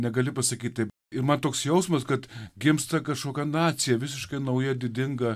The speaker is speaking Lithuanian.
negali pasakyt taip ir man toks jausmas kad gimsta kažkokia nacija visiškai nauja didinga